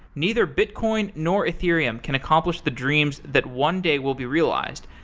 neither bitcoin nor ethereum can accomplish the dreams that one day will be realized,